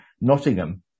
Nottingham